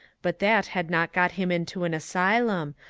but that had not got him into an asylum,